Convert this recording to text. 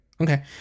Okay